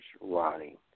rotting